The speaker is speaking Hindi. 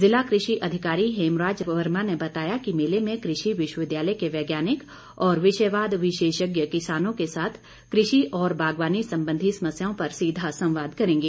जिला कृषि अधिकारी हेमराज वर्मा ने बताया कि मेले में कृषि विश्वविद्यालय के वैज्ञानिक और विषयवाद विशेषज्ञ किसानों के साथ कृषि और बागवानी संबंधी समस्याओं पर सीधा संवाद करेंगे